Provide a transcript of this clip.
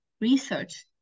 research